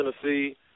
Tennessee